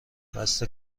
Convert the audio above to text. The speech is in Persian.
خسته